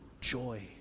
joy